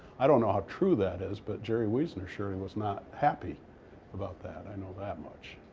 i don't know how true that is. but jerry wiesner sure and was not happy about that, i know that much.